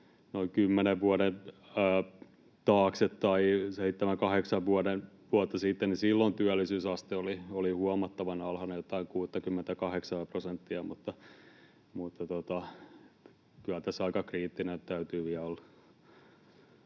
vuoden taakse, niin silloin työllisyysaste oli huomattavan alhainen, jotain 68:aa prosenttia. Mutta kyllä tässä aika kriittinen täytyy vielä olla.